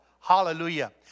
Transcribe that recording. Hallelujah